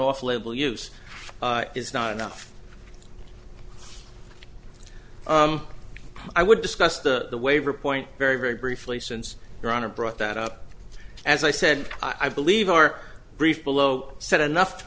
off label use is not enough i would discuss the waiver point very very briefly since your honor brought that up as i said i believe our brief below said enough to